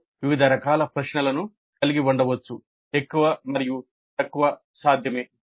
మేము వివిధ రకాల ప్రశ్నలను కలిగి ఉండవచ్చు ఎక్కువ మరియు తక్కువ సాధ్యమే